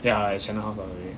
ya I at shannon's house all the way